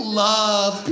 love